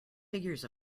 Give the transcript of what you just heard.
figures